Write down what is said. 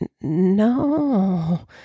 No